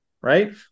right